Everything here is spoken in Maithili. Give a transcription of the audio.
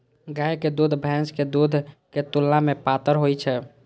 गायक दूध भैंसक दूध के तुलना मे पातर होइ छै